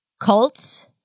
Cults